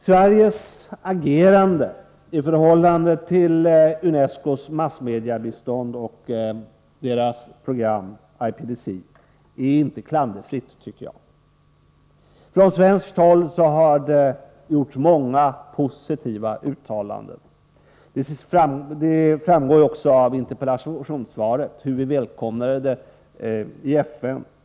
Sveriges agerande i förhållande till UNESCO:s massmediebistånd och dess program, IPDC, är inte klanderfritt, tycker jag. Från svenskt håll har det gjorts många positiva uttalanden. Det framgår också av interpellationssvaret hur vi välkomnade programmet i FN.